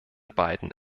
beiden